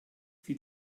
sie